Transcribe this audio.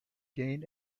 gain